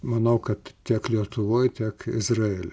manau kad tiek lietuvoj tiek izraely